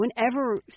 whenever